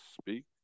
speak